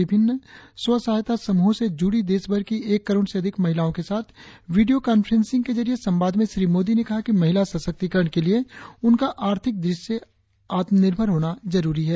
विभिन्न एव सहैता समूहों से जुड़ी देश भर की एक करोड़ से अधिक महिलाओं के साथ वीडियों कांफ्रेंसिंग के जरिए संवाद में श्री मोदी ने कहा कि महिला सशक्तिकरण के लिए उनका आर्थिक दृष्टि से आत्मनिर्भर होना जरुरी है